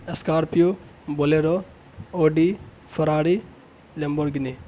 scorpio bolero O D Ferrari Lamborghini